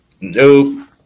Nope